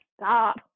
stop